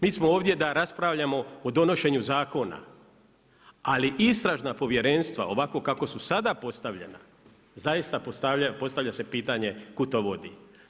Mi smo ovdje da raspravljamo o donošenju zakona, ali istražna povjerenstva ovako kako su sada postavljana zaista postavlja se pitanje kud to vodi.